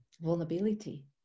vulnerability